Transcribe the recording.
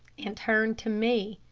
and turned to me.